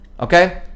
okay